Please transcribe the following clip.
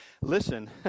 Listen